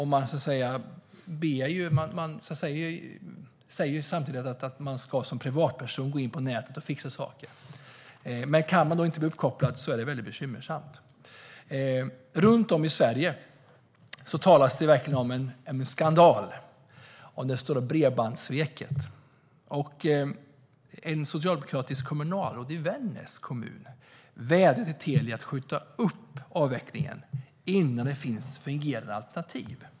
Det sägs att man som privatperson ska gå in på nätet och fixa saker. Men kan man inte bli uppkopplad är det bekymmersamt. Runt om i Sverige talas det om en skandal, det stora bredbandssveket. Ett socialdemokratiskt kommunalråd i Vännäs kommun vädjade till Telia att skjuta upp avvecklingen tills det finns fungerande alternativ.